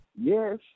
yes